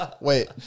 Wait